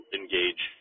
engage